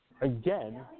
again